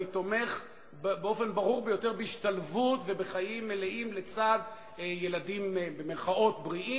אני תומך באופן ברור ביותר בהשתלבות ובחיים מלאים לצד ילדים "בריאים",